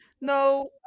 No